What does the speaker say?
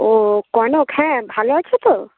ও কনক হ্যাঁ ভালো আছো তো